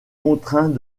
contraint